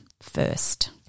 first